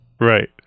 Right